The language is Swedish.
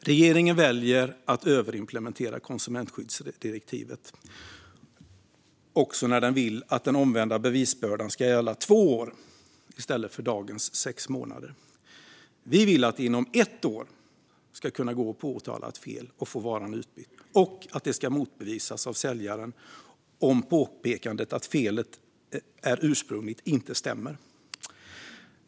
Regeringen väljer att överimplementera konsumentskyddsdirektivet också när den vill att den omvända bevisbördan ska gälla två år i stället för dagens sex månader. Vi vill att det inom ett år ska kunna gå att påtala ett fel och få varan utbytt och att det ska motbevisas av säljaren om påpekandet att felet är ursprungligt inte stämmer.